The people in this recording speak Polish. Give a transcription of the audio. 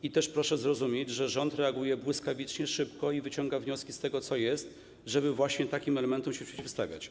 I też proszę zrozumieć, że rząd reaguje błyskawicznie, szybko, że wyciąga wnioski z tego, co jest, żeby właśnie takim elementom się przeciwstawiać.